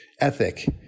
ethic